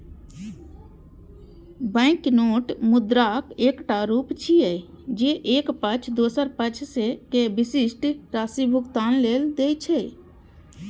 banknote मुद्राक एकटा रूप छियै, जे एक पक्ष दोसर पक्ष कें विशिष्ट राशि भुगतान लेल दै छै